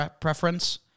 preference